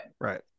right